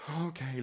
Okay